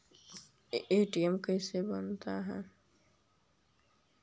अच्छा खेतिया करे ला कौची कौची उपकरण जरूरी हखिन?